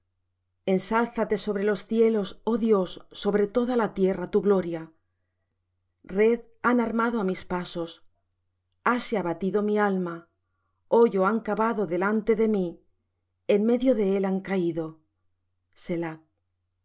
cuchillo agudo ensálzate sobre los cielos oh dios sobre toda la tierra tu gloria red han armado á mis pasos hase abatido mi alma hoyo han cavado delante de mí en medio de él han caído